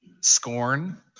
scorn